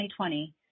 2020